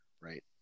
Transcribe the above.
right